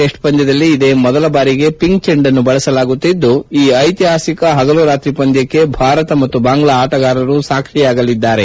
test ಪಂದ್ಯದಲ್ಲಿ ಇದೇ ಮೊದಲ ಬಾರಿಗೆ ಪಿಂಕ್ ಜೆಂಡನ್ನು ಬಳಸಲಾಗುತ್ತಿದ್ದು ಈ ಐತಿಹಾಸಿಕ ಪಗಲು ರಾತ್ರಿ ಪಂದ್ಯಕ್ಷೆ ಭಾರತ ಮತ್ತು ಬಾಂಗ್ಲಾ ಆಟಗಾರರು ಸಾಕ್ಸಿಯಾಗಲಿದ್ದಾರೆ